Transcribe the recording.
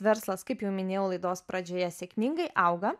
verslas kaip jau minėjau laidos pradžioje sėkmingai auga